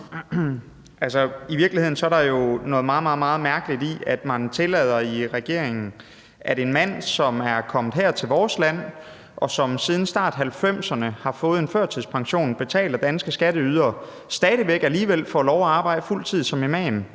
I virkeligheden er der jo noget meget, meget mærkeligt i, at man i regeringen tillader, at en mand, som er kommet her til vores land, og som siden starten af 1990'erne har fået en førtidspension betalt af danske skatteydere, stadig væk alligevel får lov at arbejde fuld tid som imam